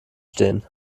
stehen